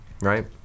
right